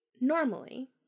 normally